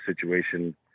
situation